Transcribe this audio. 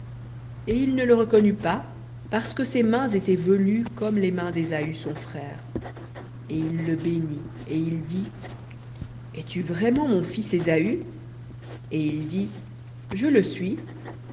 et il ne le reconnut pas parce que ses mains étaient velues comme les mains d'ésaü son frère et il le bénit et il dit es-tu vraiment mon fils ésaü et il dit je le suis